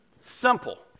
Simple